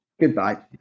Goodbye